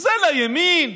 זה לימין,